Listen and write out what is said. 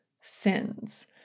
sins